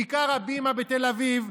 לכיכר הבימה בתל אביב,